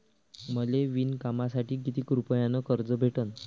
मले विणकामासाठी किती रुपयानं कर्ज भेटन?